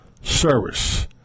service